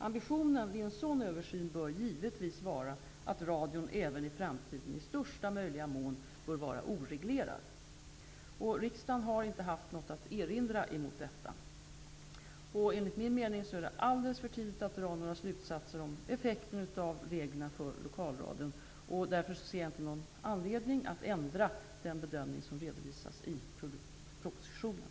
Ambitionen vid en sådan översyn bör givetvis vara att radion, även i framtiden, i största möjliga mån bör vara oreglerad. Riksdagen har inte något att erinra mot detta. Enligt min mening är det alldeles för tidigt att dra några slusatser om effekten av reglerna för lokalradion. Jag ser därför ingen anledning att ändra den bedömning som redovisas i propositionen.